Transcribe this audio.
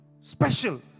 Special